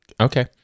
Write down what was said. Okay